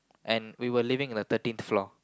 and we were living on the thirteenth floor